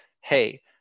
hey